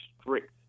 strict